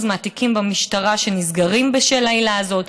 מהתיקים במשטרה שנסגרים בשל העילה הזאת,